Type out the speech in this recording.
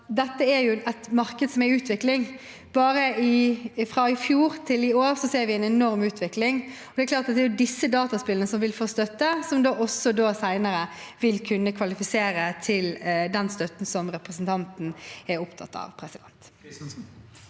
dette er et marked som er i utvikling. Bare fra i fjor til i år ser vi en enorm utvikling. Det er disse dataspillene som vil få støtte, og som senere vil kunne kvalifisere til den støtten som representanten er opptatt av. Turid